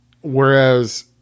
whereas